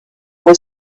were